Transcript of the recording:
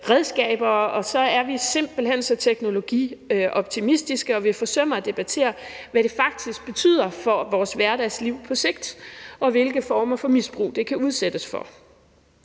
og så er vi simpelt hen så teknologioptimistiske, og vi forsømmer at debattere, hvad det faktisk betyder for vores hverdagsliv på sigt, og hvilke former for misbrug de kan udsættes for.